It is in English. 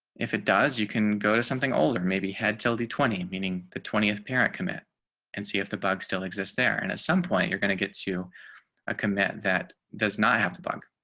if it does, you can go to something old, or maybe head till the twenty meaning the twentieth parent commit and see if the bugs still exists there. and at some point, you're going to get to a committed that does not have to bug.